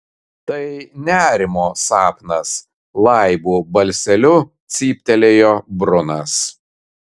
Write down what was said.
tai nerimo sapnas laibu balseliu cyptelėjo brunas